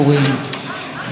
אפשר למנוע.